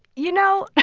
you know.